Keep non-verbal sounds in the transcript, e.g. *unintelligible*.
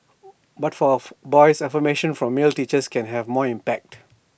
but for *unintelligible* boys affirmation from male teachers can have more impact